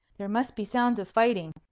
there must be sounds of fighting,